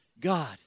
God